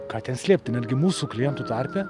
ką ten slėpti netgi mūsų klientų tarpe